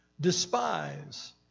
despise